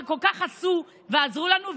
שכל כך עשו ועזרו לנו,